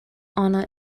honour